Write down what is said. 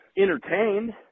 entertained